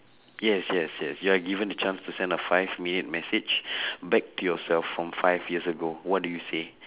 yes yes yes you are given a chance to sent a five minute message back to yourself from five years ago what do you say